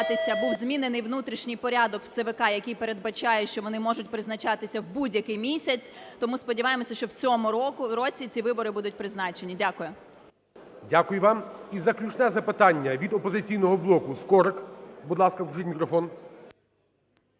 був змінений внутрішній порядок в ЦВК, який передбачає, що вони можуть призначатися в будь-який місяць, то ми сподіваємося, що в цьому році ці вибори будуть призначені. Дякую. ГОЛОВУЮЧИЙ. Дякую вам. І заключне запитання від "Опозиційного блоку" Скорик. Будь ласка, включіть мікрофон.